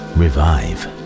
revive